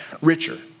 richer